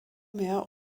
mehr